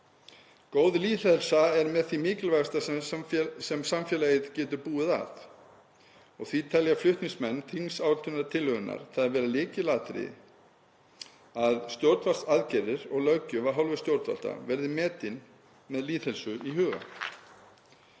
Góð lýðheilsa er með því mikilvægasta sem samfélagið getur búið að. Því telja flutningsmenn þingsályktunartillögunnar það lykilatriði að stjórnvaldsaðgerðir og löggjöf af hálfu stjórnvalda verði metin með lýðheilsu í huga.